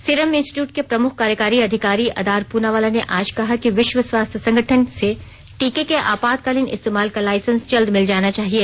serum Institute के प्रमुख कार्यकारी अधिकारी अदार पुनावाला ने आज कहा कि विश्व स्वास्थ्य संगठन से टीके के आपातकालीन इस्तेमाल का लाइसेंस जल्द मिल जाना चाहिए